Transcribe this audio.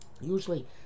usually